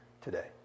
today